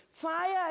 Fire